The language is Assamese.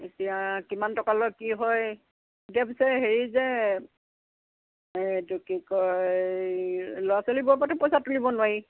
এতিয়া কিমান টকা লয় কি হয় এতিয়া পিছে হেৰি যে এইটো কি কয় ল'ৰা ছোৱালীবোৰৰ পৰাতো পইচা তুলিব নোৱাৰি